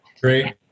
great